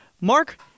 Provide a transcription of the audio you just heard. Mark